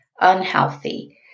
unhealthy